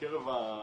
בקרב הזוכים,